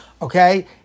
Okay